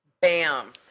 bam